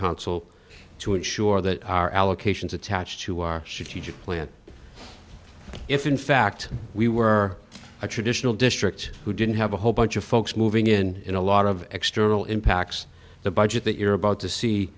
council to ensure that our allocations attach to our strategic plan if in fact we were a traditional district who didn't have a whole bunch of folks moving in in a lot of external impacts the budget that you're about to see